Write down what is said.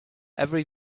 every